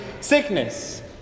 sickness